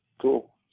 Cool